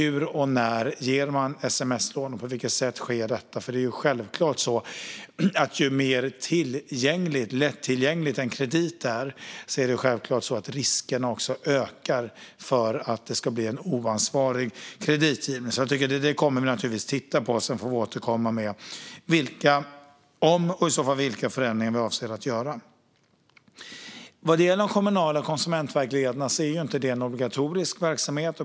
När ger man sms-lån, och på vilket sätt sker detta? Ju mer lättillgänglig en kredit är, desto mer ökar självklart riskerna för en oansvarig kreditgivning. Detta kommer vi naturligtvis att titta på. Sedan får vi återkomma med vilka förändringar, om några, vi avser att göra. Vad gäller de kommunala konsumentvägledarna är det inte någon obligatorisk verksamhet.